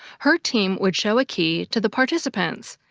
her team would show a key to the participants,